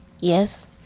Yes